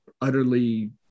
utterly